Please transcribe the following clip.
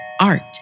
art